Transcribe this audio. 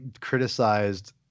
criticized